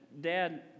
Dad